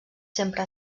sempre